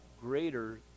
greater